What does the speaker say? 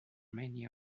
many